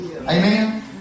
Amen